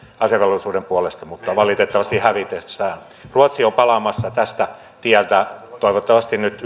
asevelvollisuuden puolesta mutta valitettavasti hävitessä ruotsi on palaamassa tältä tieltä toivottavasti nyt